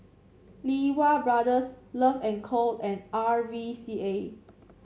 Lee Wee Brothers Love and Co and R V C A